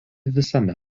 visame